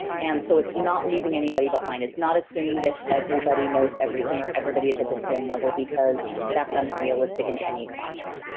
and so, it's not leaving anybody behind. it's not assuming that everybody knows everything or everybody is at the same level because that's unrealistic in any classroom.